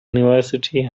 university